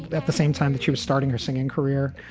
at the same time that she was starting her singing career.